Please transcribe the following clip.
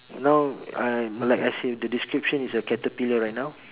no uh I like I said the description is a caterpillar right now